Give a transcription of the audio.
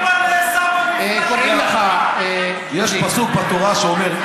יש פסוק בתורה שאומר: